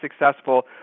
successful